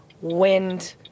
wind